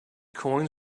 coins